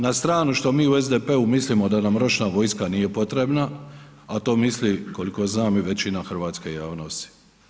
Na stranu što mi u SDP-u mislimo da nam ročna vojska nije potrebna a to misli koliko znam i većina hrvatske javnosti.